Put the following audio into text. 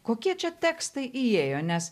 kokie čia tekstai įėjo nes